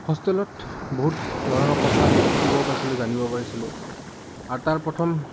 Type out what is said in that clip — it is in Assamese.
হোষ্টেলত বহুত ধৰণৰ কথা শিকিব পাইছিলোঁ জানিব পাৰিছিলোঁ আৰু তাৰ প্ৰথম